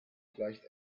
gleicht